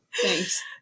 Thanks